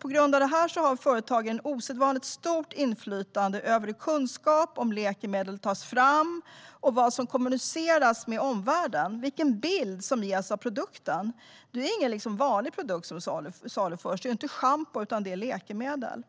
På grund av detta har företagen ett osedvanligt stort inflytande över hur kunskap om läkemedel tas fram och vad som kommuniceras med omvärlden, vilken bild som ges av produkten. Det är ju ingen vanlig produkt som saluförs. Det är inte schampo utan läkemedel.